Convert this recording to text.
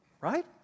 right